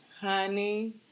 Honey